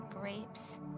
grapes